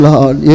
Lord